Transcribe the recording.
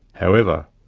however,